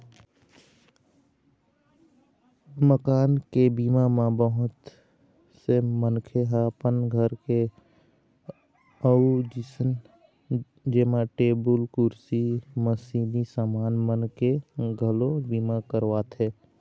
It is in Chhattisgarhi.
मकान के बीमा म बहुत से मनखे ह अपन घर के अउ जिनिस जेमा टेबुल, कुरसी, मसीनी समान मन के घलोक बीमा करवाथे